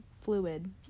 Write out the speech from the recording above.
fluid